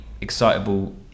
excitable